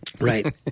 Right